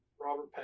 Robert